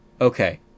Okay